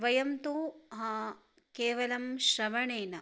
वयं तु केवलं श्रवणेन